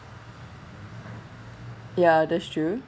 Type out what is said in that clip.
ya that's true